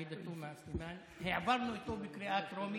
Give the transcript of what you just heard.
עאידה תומא סלימאן העברנו אותו בקריאה טרומית,